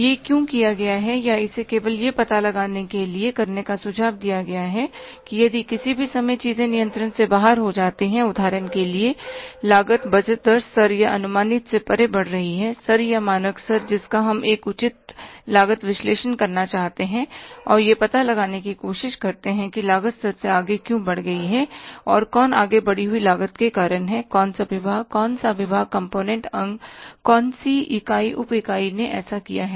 यह क्यों किया गया है या इसे केवल यह पता लगाने के लिए करने का सुझाव दिया गया है कि यदि किसी भी समय चीजें नियंत्रण से बाहर हो जाती हैं उदाहरण के लिए लागत बजट दर स्तर या अनुमानित से परे बढ़ रही है स्तर या मानक स्तर जिसका हम एक उचित लागत विश्लेषण करना चाहते हैं और यह पता लगाने की कोशिश करते हैं कि लागत स्तर से आगे क्यों बढ़ गई है और कौन आगे बढ़ी हुई लागत का कारण है कौन सा विभाग कौन सा विभाग कंपोनेंट अंगकौन सी इकाई उप इकाई ने इसे किया है